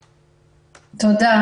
תודה.